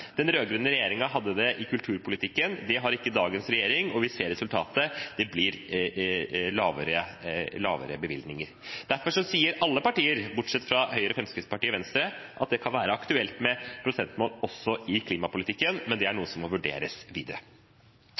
Den rød-grønne regjeringen hadde et prosentmål i kulturpolitikken. Det har ikke dagens regjering, og vi ser resultatet: Det blir lavere bevilgninger. Derfor sier alle partier – bortsett fra Høyre, Fremskrittspartiet og Venstre – at det kan være aktuelt med prosentmål også i klimapolitikken, men dette er noe som må vurderes videre.